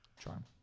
Charm